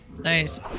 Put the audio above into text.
Nice